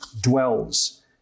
dwells